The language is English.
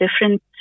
different